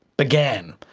began,